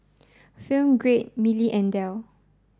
film Grade Mili and Dell